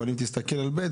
אבל בסעיף (ב),